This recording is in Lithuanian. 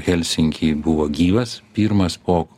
helsinky buvo gyvas pirmas o